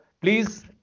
please